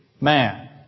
man